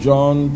John